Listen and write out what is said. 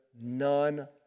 none